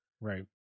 right